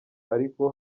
ariko